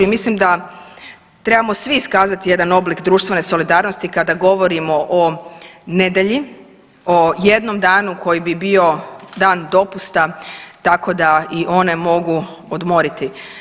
I mislim da trebamo iskazati jedan oblik društvene solidarnosti kada govorimo o nedjelji, o jednom danu koji bi bio dan dopusta tako da i one mogu odmoriti.